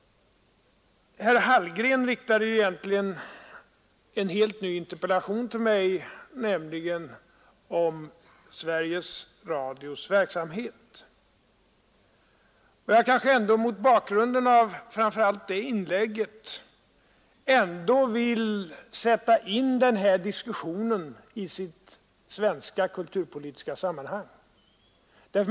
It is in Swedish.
Herr Hallgren riktade egentligen en helt ny interpellation till mig, nämligen om Sveriges Radios verksamhet. Mot bakgrunden av bl.a. det inlägget vill jag ändå sätta in den här diskussionen i dess svenska kulturpolitiska sammanhang.